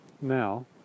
now